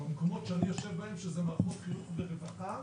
במקומות שאני יושב בהם, שזה מערכות חינוך ורווחה,